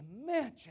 imagine